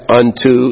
unto